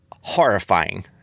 horrifying